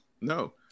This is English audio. No